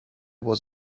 was